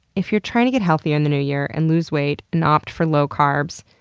if you're trying to get healthier in the new year, and lose weight, and opt for low carbs,